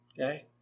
Okay